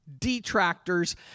detractors